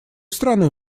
стороны